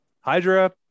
hydra